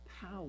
power